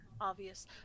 obvious